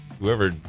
whoever